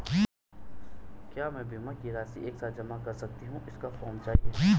क्या मैं बीमा की राशि एक साथ जमा कर सकती हूँ इसका फॉर्म चाहिए?